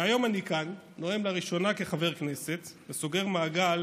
והיום אני כאן, נואם לראשונה כחבר כנסת וסוגר מעגל